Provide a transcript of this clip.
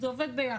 רוחבית.